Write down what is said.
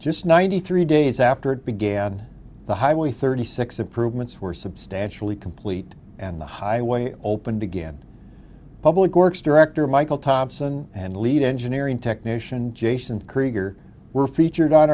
just ninety three days after it began the highway thirty six improvements were substantially complete and the highway opened again public works director michael thompson and lead engineering technician jason krieger were featured on